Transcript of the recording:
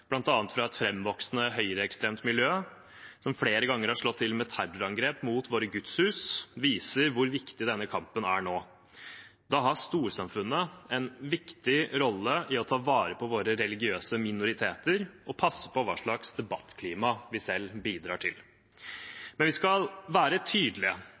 fra et framvoksende høyreekstremt miljø som flere ganger har slått til med terrorangrep mot våre gudshus, viser hvor viktig denne kampen er nå. Da har storsamfunnet en viktig rolle i å ta vare på våre religiøse minoriteter og passe på hva slags debattklima vi selv bidrar til. Men vi skal være tydelige